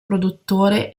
produttore